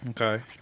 Okay